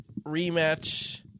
rematch